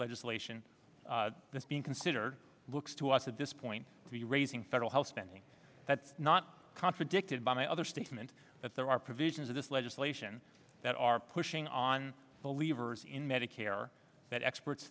legislation is being considered looks to us at this point to be raising federal health spending that's not contradicted by any other statement that there are provisions of this legislation that are pushing on the lever's in medicare that experts